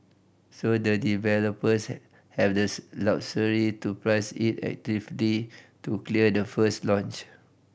so the developers have the luxury to price it actively to clear the first launch